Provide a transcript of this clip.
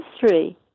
history